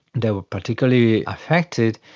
they were particularly affected,